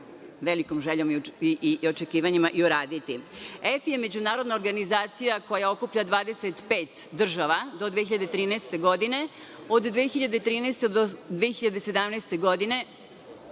velikom željom i očekivanjima i uraditi. EFI je međunarodna organizacija koja okuplja 25 država do 2013. godine. Od 2013. godine do 2017. godine